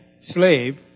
slave